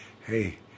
hey